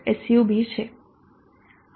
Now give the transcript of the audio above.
sub છે